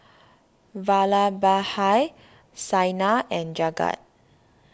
Vallabhbhai Saina and Jagat